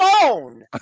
phone